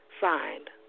Signed